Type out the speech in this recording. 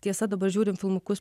tiesa dabar žiūrim filmukus